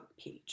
page